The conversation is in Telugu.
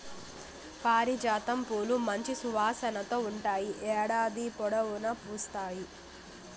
పారిజాతం పూలు మంచి సువాసనతో ఉంటాయి, ఏడాది పొడవునా పూస్తాయి